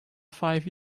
five